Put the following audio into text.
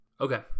Okay